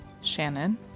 Shannon